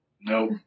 Nope